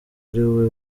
ariwe